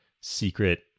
secret